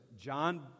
John